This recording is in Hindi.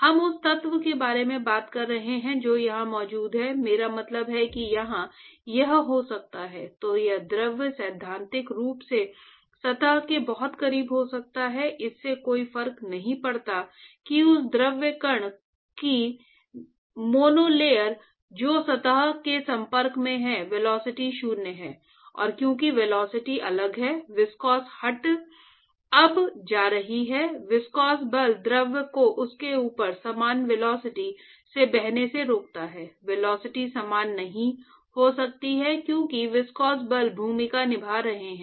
हम उस तत्व के बारे में बात कर रहे हैं जो यहां मौजूद है मेरा मतलब है कि यह यहां हो सकता है यह तत्व सैद्धांतिक रूप से सतह के बहुत करीब हो सकता है इससे कोई फर्क नहीं पड़ता कि उस द्रव कण की मोनोलेयर जो सतह के संपर्क में है वेलोसिटी शून्य है और क्योंकि वेलोसिटी अलग है विस्कोस हट अब जा रही है विस्कोस बल द्रव को उसके ऊपर समान वेलोसिटी से बहने से रोकते हैं वेलोसिटी समान नहीं हो सकता क्योंकि विस्कोस बल भूमिका निभा रहे हैं